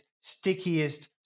stickiest